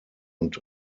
und